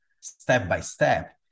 step-by-step